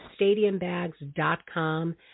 stadiumbags.com